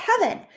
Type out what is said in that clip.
heaven